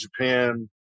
Japan